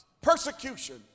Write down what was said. Persecution